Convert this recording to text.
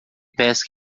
pesca